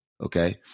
okay